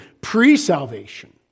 pre-salvation